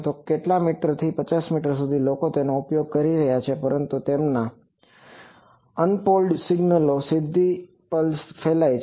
તો કેટલાક મીટરથી 50 મીટર સુધી લોકો તેનો ઉપયોગ કરી રહ્યાં છે પરંતુ તેમના અન્પોડ્યુંલડ સિગ્નલોની સીધી પલ્સ ફેલાય છે